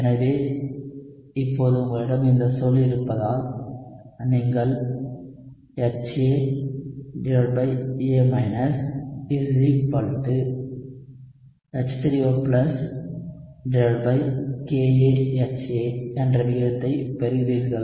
எனவே இப்போது உங்களிடம் இந்த சொல் இருப்பதால் நீங்கள் HAA H3OKaHA என்ற விகிதத்தைப் பெறுகிறீர்கள்